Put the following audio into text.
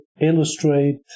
illustrate